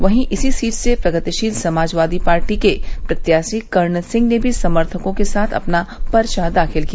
वहीं इसी सीट से प्रगतिशील समाजवादी पार्टी के प्रत्याशी कर्ण सिंह ने भी समर्थकों के साथ अपना पर्चा दाखिल किया